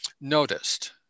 noticed